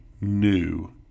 new